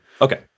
okay